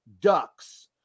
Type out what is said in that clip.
ducks